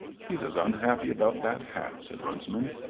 he's as unhappy about that hat, said runciman,